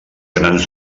grans